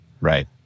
Right